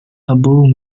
above